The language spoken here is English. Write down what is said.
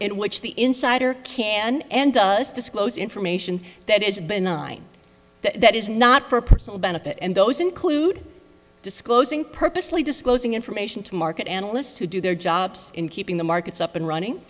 in which the insider can and must disclose information that is benign that is not for personal benefit and those include disclosing purposely disclosing information to market analysts who do their jobs in keeping the markets up and running